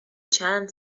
چند